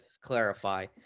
clarify